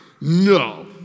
No